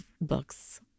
books